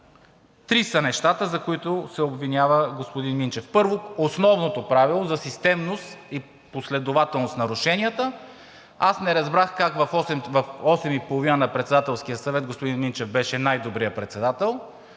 Три са нещата, за които се обвинява господин Минчев. Първо, основното правило – за системност и последователност в нарушенията. Аз не разбрах как в 8,30 ч. на Председателския съвет господин Минчев беше най-добрият председател